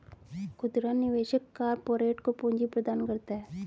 खुदरा निवेशक कारपोरेट को पूंजी प्रदान करता है